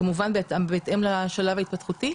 כמובן בהתאם לשלב ההתפתחותי.